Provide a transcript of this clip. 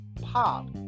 Pop